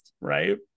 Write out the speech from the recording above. right